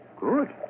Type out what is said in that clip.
Good